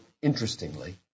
Interestingly